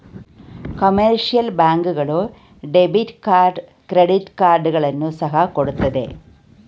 commercial bank ಗಳು debit card credit ಕಾರ್ಡ್ಗಳನ್ನು ಸಹ ಕೊಡುತ್ತೆ